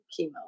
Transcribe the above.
chemo